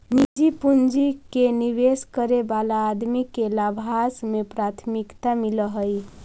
निजी पूंजी के निवेश करे वाला आदमी के लाभांश में प्राथमिकता मिलऽ हई